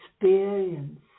experience